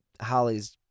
Holly's